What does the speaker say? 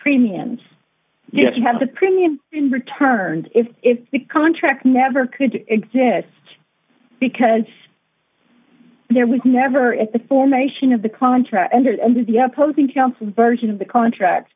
premiums yet you have the premium being returned if if the contract never could exist because there was never at the formation of the contract entered into the opposing counsel version of the contract